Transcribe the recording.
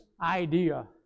idea